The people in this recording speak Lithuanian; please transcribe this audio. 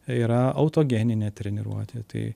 yra autogeninė treniruotė tai